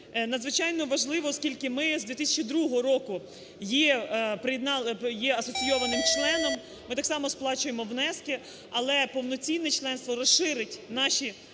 Надзвичайно важливо, оскільки ми з 2002 року є асоційованим членом, ми так само сплачуємо внески. Але повноцінне членство розширить наші